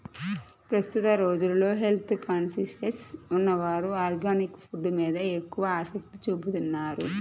ప్రస్తుత రోజుల్లో health conscious ఉన్నవారు ఆర్గానిక్ ఫుడ్స్ మీద ఎక్కువ ఆసక్తి చూపుతున్నారు